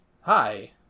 hi